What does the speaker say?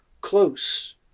close